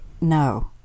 No